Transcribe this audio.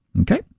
Okay